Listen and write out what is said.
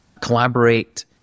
collaborate